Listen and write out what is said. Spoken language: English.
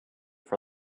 for